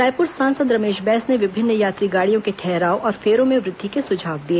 रायपुर सांसद रमेश बैस ने विभिन्न यात्री गाड़ियों के ठहराव और फेरों में वृद्धि के सुझाव दिए